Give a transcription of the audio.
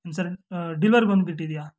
ಏನು sir delivery ಬಂದ್ಬಿಟ್ಟಿದ್ಯಾ